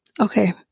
Okay